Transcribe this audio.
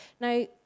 Now